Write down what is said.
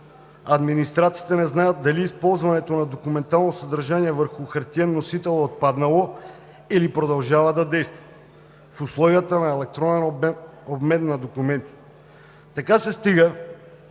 Администрациите не знаят дали използването на документално съдържание върху хартиен носител е отпаднало, или продължава да действа в условията на електронен обмен на документи. Така се стига